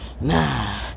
Nah